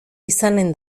izanen